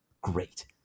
great